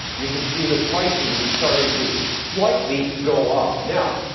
you can see that prices are starting to slightly go up. now,